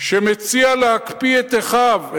שמציע להקפיא את אחיו,